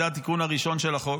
זה התיקון הראשון של החוק.